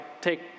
take